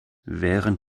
während